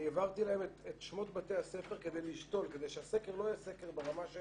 אני העברתי להם את שמות בתי הספר כדי שהסקר לא יהיה סקר ברמה של